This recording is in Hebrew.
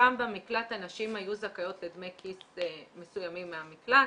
שם במקלט הנשים היו זכאיות לדמי כיס מסוימים מהמקלט.